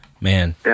Man